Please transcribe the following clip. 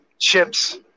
chips